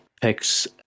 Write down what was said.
picks